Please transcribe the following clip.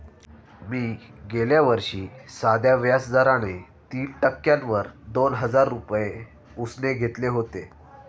मी गेल्या वर्षी साध्या व्याज दराने तीन टक्क्यांवर दोन हजार रुपये उसने घेतले होते